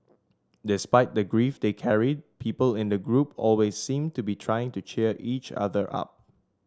despite the grief they carried people in the group always seemed to be trying to cheer each other up